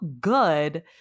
good